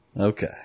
Okay